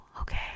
okay